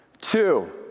two